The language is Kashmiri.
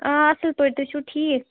اۭں اَصٕل پٲٹھۍ تُہۍ چھُو ٹھیٖک